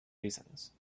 reasons